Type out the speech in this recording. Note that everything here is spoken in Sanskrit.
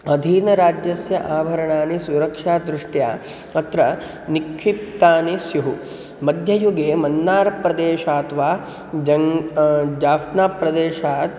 अधीनराज्यस्य आभरणानि सुरक्षादृष्ट्या अत्र निक्षिप्तानि स्युः मध्ययुगे मन्नार् प्रदेशात् वा जङ्ग् जाफ़्ना प्रदेशात्